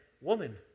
woman